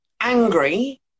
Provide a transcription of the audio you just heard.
angry